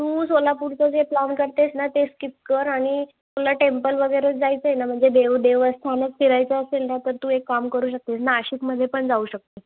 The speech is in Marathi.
तू सोलापूरचं जे प्लान करतेस ना ते स्कीप कर आणि तुला टेंपल वगैरे जायचं आहे ना म्हणजे देव देवस्थानच फिरायचं असेल ना तर तू एक काम करू शकतेस नाशिकमध्ये पण जाऊ शकते